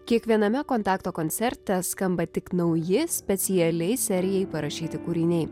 kiekviename kontakto koncerte skamba tik nauji specialiai serijai parašyti kūriniai